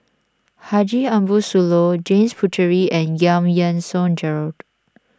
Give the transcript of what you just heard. Haji Ambo Sooloh James Puthucheary and Giam Yean Song Gerald